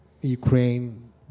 Ukraine